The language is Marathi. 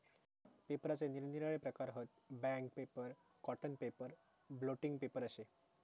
पेपराचे निरनिराळे प्रकार हत, bank paper, cotton paper, blotting paper अशे